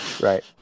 Right